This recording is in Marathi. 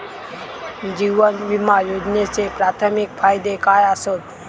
जीवन विमा योजनेचे प्राथमिक फायदे काय आसत?